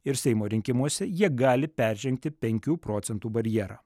ir seimo rinkimuose jie gali peržengtipenkių procentų barjerą